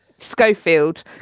schofield